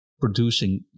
producing